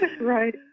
Right